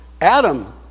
Adam